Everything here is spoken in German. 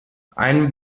ein